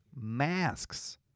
masks